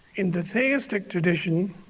in the theistic tradition